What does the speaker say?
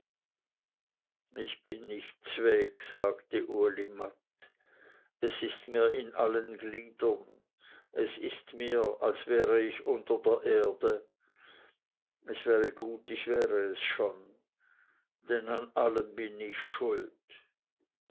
ich bin nicht zweg sagte uli matt es ist mir in allen gliedern es ist mir als wäre ich unter der erde es wäre gut ich wäre es schon denn an allem bin ich schuld